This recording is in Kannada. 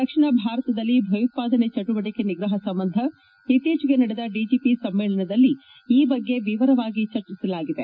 ದಕ್ಷಿಣ ಭಾರತದಲ್ಲಿ ಭಯೋತ್ವಾದನೆ ಚಟುವಟಕೆ ನಿಗ್ರಹ ಸಂಬಂಧ ಇತ್ತೀಚೆಗೆ ನಡೆದ ಡಿಜಿಪಿ ಸಮ್ಮೇಳನದಲ್ಲಿ ಈ ಬಗ್ಗೆ ವಿವರವಾಗಿ ಚರ್ಚಿಸಲಾಗಿದೆ